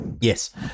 Yes